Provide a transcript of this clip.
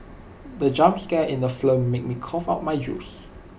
the jump scare in the film made me cough out my juice